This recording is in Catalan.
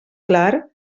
clar